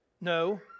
No